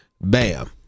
bam